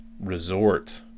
resort